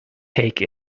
take